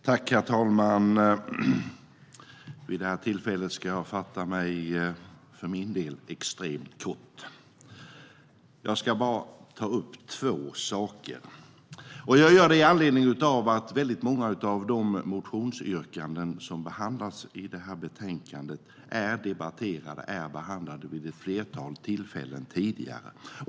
Herr talman! Jag ska fatta mig, för min del, extremt kort. Jag ska bara ta upp två saker. Det gör jag med anledning av att många av motionsyrkandena i betänkandet har debatterats och behandlats vid ett flertal tillfällen tidigare.